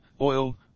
oil